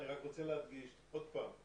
אני רק רוצה להדגיש עוד פעם,